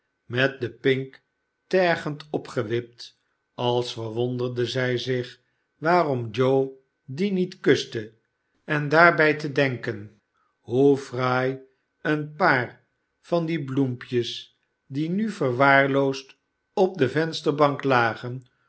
met den pink tergend opgewipt als verwonderde zij zich waarom joe dien niet kuste en daarbij te denken hoe fraai een paar van die bloempjes die nu verwaarloosd op de vensterbank lagen